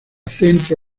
centro